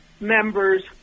members